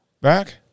back